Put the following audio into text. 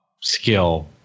skill